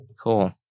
Cool